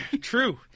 true